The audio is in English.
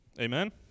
Amen